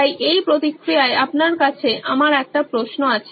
তাই এই প্রক্রিয়ায় আপনার কাছে আমার একটি প্রশ্ন আছে